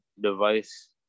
device